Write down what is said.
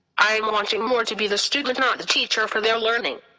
i am wanting more to be the student not the teacher for their learning.